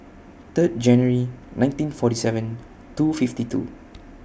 Third January nineteen forty seven two fifty two